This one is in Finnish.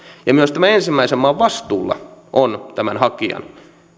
ja myös tämän ensimmäisen maan vastuulla on tämän hakijan